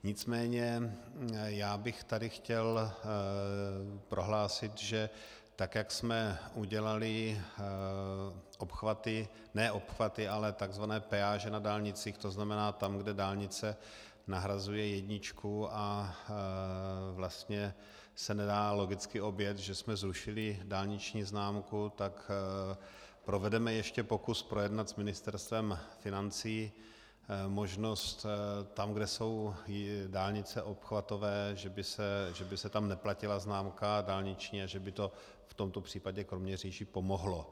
Nicméně já bych tady chtěl prohlásit, že tak jak jsme udělali obchvaty ne obchvaty, ale takzvané peáže na dálnicích, to znamená tam, kde dálnice nahrazuje jedničku a vlastně se nedá logicky objet, že jsme zrušili dálniční známku, tak provedeme ještě pokus projednat s Ministerstvem financí možnost tam, kde jsou dálnice obchvatové, že by se tam neplatila dálniční známka a že by to v tomto případě Kroměříži pomohlo.